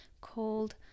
called